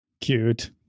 Cute